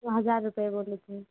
वो हजार रुपये बोली थी